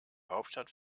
hauptstadt